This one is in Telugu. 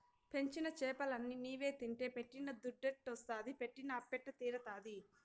పెంచిన చేపలన్ని నీవే తింటే పెట్టిన దుద్దెట్టొస్తాది పెట్టిన అప్పెట్ట తీరతాది